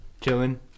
chilling